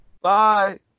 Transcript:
Bye